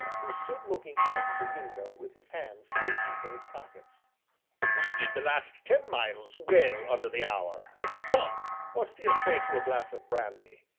who stood looking out of the window with his hands still deep in his pockets we did the last ten miles well under the hour come, what do you say to a glass of brandy?